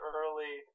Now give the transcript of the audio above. early